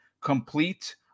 Complete